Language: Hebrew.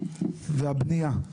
והבניה.